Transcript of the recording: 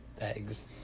eggs